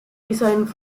designs